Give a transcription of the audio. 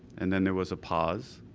and then there was a pause,